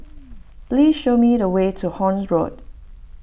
please show me the way to Horne Road